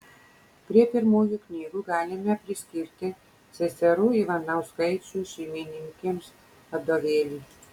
prie pirmųjų knygų galime priskirti seserų ivanauskaičių šeimininkėms vadovėlį